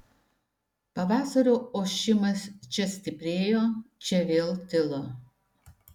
pavasario ošimas čia stiprėjo čia vėl tilo